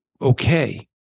Okay